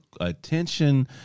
attention